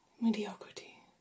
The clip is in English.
mediocrity